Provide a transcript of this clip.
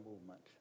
movement